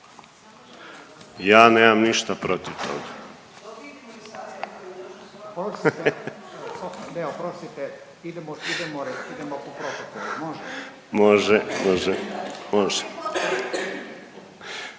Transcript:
Ja nemam ništa protiv toga.